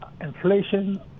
inflation